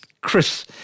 Chris